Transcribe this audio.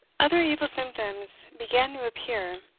other evil symptoms began to appear,